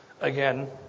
Again